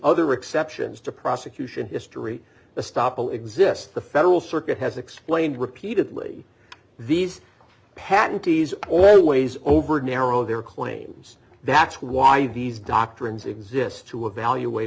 other exceptions to prosecution history the stoppel exists the federal circuit has explained repeatedly these patent is always over narrow their claims that's why these doctrines exist to evaluate